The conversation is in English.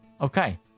Okay